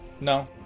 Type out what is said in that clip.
no